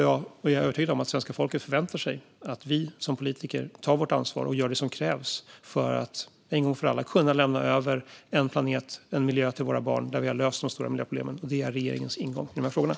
Jag är övertygad om att svenska folket förväntar sig att vi som politiker tar vårt ansvar och gör det som krävs för att en gång för alla kunna lämna över en planet och en miljö till våra barn där vi har löst de stora miljöproblemen. Det är regeringens ingång i de här frågorna.